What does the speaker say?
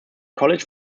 college